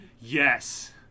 yes